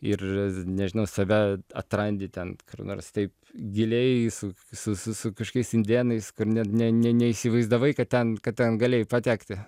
ir nežinau save atrandi ten kur nors taip giliai su su su su kažkokiais indėnais kur net nė ne neįsivaizdavai kad ten kad ten galėjai patekti